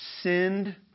sinned